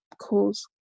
cause